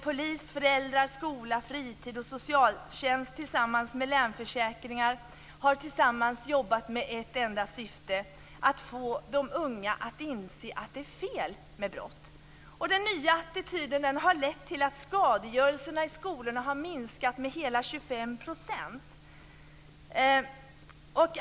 Polis, föräldrar, skola, fritidsverksamhet och socialtjänst har tillsammans med Länsförsäkringar jobbat med ett enda syfte, nämligen att man skall få de unga att inse att det är fel med brott. Den nya attityden har lett till att skadegörelsen i skolorna har minskat med hela 25 %.